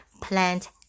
plant